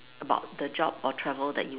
about the job or travel that you